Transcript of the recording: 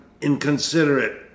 inconsiderate